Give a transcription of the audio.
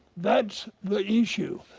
that's the issue.